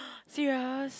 serious